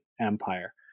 empire